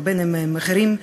אם אחרים,